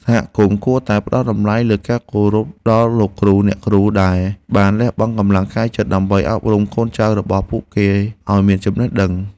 សហគមន៍គួរតែផ្តល់តម្លៃនិងគោរពដល់លោកគ្រូអ្នកគ្រូដែលបានលះបង់កម្លាំងកាយចិត្ត ដើម្បីអប់រំកូនចៅរបស់ពួកគេឱ្យមានចំណេះដឹង។